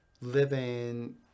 living